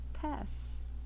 pests